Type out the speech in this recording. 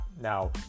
now